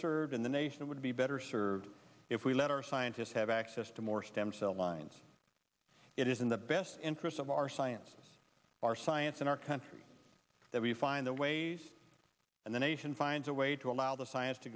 served in the nation would be better served if we let our scientists have access to more stem cell lines it is in the best interest of our scientists our science and our country that we find the ways and the nation finds a way to allow the science to